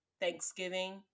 Thanksgiving